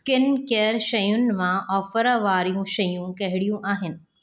skin care शयुनि मां offer वारियूं शयूं कहिड़ियूं आहिनि